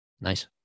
Nice